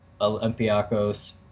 Olympiacos